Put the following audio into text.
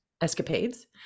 escapades